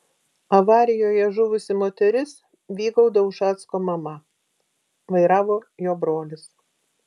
avarijoje žuvusi moteris vygaudo ušacko mama vairavo jo brolis